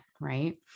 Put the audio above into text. right